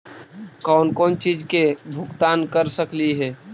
कौन कौन चिज के भुगतान कर सकली हे?